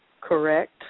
Correct